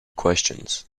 questions